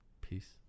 peace